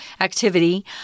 activity